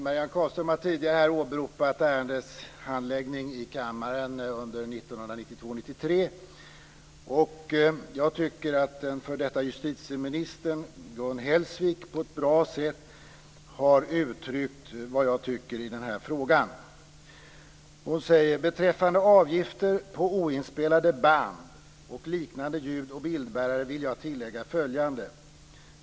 Marianne Carlström har tidigare åberopat ärendets handläggning i kammaren 1992/93. Jag tycker att den f.d. justitieministern Gun Hellsvik på ett bra sätt har uttryckt samma uppfattning som jag har i den här frågan. Hon skriver i propositionen: "Beträffande avgifter på oinspelade band och liknande ljud och bildbärare vill jag tillägga följande.